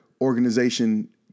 organization